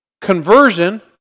conversion